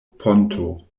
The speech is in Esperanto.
ponto